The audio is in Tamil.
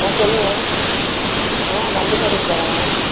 ஆ சொல்லுங்கள் ஆ கண்டிப்பாக செஞ்சு தர்றேங்க